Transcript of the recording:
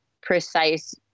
precise